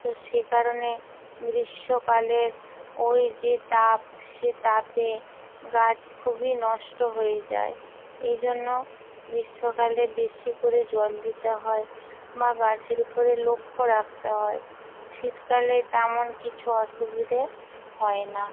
তো সে কারণে গ্রীষ্মকালের ওই যে তাপ সে তাপে গাছ খুবই নষ্ট হয়ে যায় এই জন্য গ্রীষ্মকালে বেশি করে জল দিতে হয় বা গাছের উপরে লক্ষ রাখতে হয় শীতকালে তেমন কিছু অসুবিধে হয় না